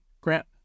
Grant